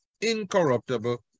incorruptible